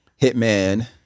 Hitman